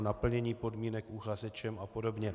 Naplnění podmínek uchazečem apod.